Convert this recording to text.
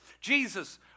Jesus